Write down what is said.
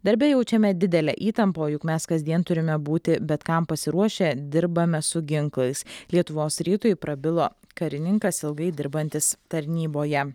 darbe jaučiame didelę įtampą o juk mes kasdien turime būti bet kam pasiruošę dirbame su ginklais lietuvos rytui prabilo karininkas ilgai dirbantis tarnyboje